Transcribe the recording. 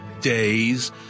days